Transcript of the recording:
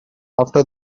after